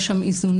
יש שם איזונים,